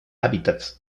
hábitats